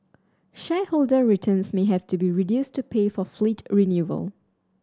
shareholder returns may have to be reduced to pay for fleet renewal